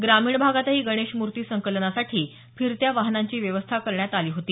ग्रामीण भागातही गणेश मूर्ती संकलनासाठी फिरत्या वाहनांची व्यवस्था करण्यात आली होती